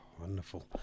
Wonderful